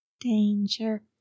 danger